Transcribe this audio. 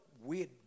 weird